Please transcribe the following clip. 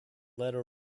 letter